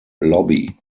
lobby